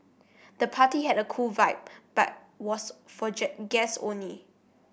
the party had a cool vibe but was for guests only